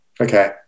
Okay